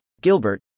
Gilbert